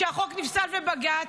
והחוק נפסל בבג"ץ,